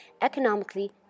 economically